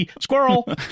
squirrel